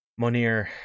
Monir